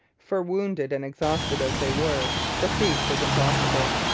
for wounded and exhausted as they were, the feat was impossible.